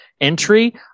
entry